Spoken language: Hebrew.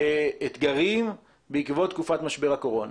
ואתגרים בעקבות משבר הקורונה.